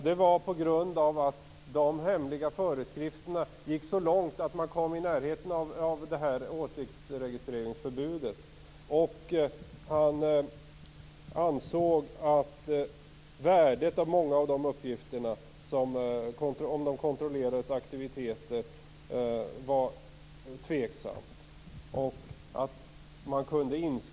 Detta var på grund av att de hemliga föreskrifterna gick så långt att man kom i närheten av åsiktsregistreringsförbudet. Man ansåg att värdet av många av uppgifterna om de kontrollerades aktiviteter var tveksamt.